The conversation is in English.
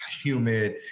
humid